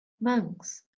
monks